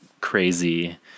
crazy